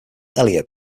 elliott